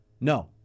No